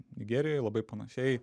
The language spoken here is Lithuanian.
nigerijoj labai panašiai